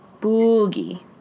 Boogie